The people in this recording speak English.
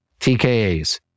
TKAs